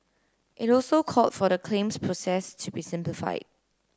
it also called for the claims process to be simplified